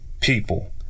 people